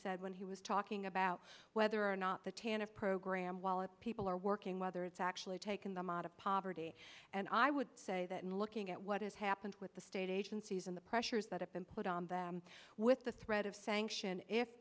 said when he was talking about whether or not the tanach program well if people are working whether it's actually taken them out of poverty and i would say that in looking at what has happened with the state agencies and the pressures that have been put on them with the threat of sanction if